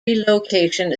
relocation